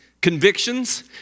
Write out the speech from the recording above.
convictions